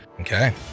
okay